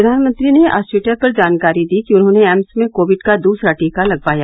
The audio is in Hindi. प्रधानमंत्री ने आज ट्वीटर पर जानकारी दी कि उन्होंने एम्स में कोविड का दूसरा टीका लगवाया